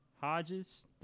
Hodges